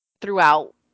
throughout